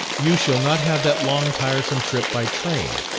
you shall not have that long tiresome trip by train.